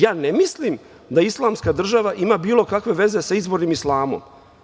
Ja ne mislim da Islamska država ima bilo kakve veze sa izvornim islamom.